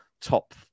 top